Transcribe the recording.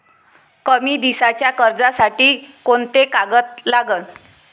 कमी दिसाच्या कर्जासाठी कोंते कागद लागन?